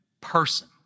person